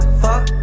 fuck